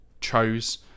chose